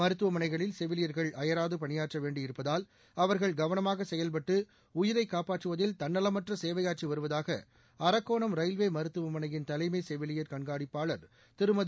மருத்துவமனைகளில் செவிலியர்கள் அயராது பணியாற்ற வேண்டி இருப்பதால் அவர்கள் கவனமாக செயல்பட்டு உயிரை காப்பாற்றுவதில் தன்னலமற்ற சேவையாற்றி வருவதாக அரக்கோணம் ரயில்வே மருத்துவமனையின் தலைமை செவிலியர் கண்காணிப்பளர் திருமதி